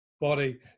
body